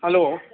hello